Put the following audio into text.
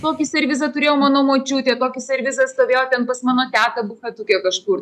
tokį servizą turėjo mano močiutė toks servizas stovėjo ten pas mano tetą bufetuke kažkur